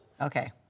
Okay